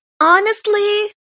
honestly-